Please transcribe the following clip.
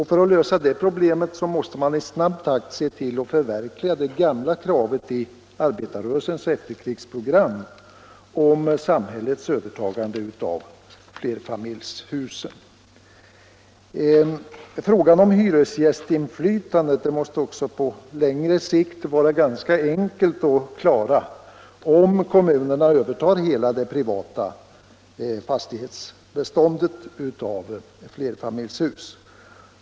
För att lösa det problemet måste man i snabb takt se till att förverkliga det gamla kravet i arbetarrörelsens efterkrigsprogram om samhällets övertagande av flerfamiljshusen. Frågan om hyresgästinflytandet måste också på längre sikt vara ganska enkel att klara om kommunerna övertar hela det privata fastighetsbeståndet av flerfamiljshus.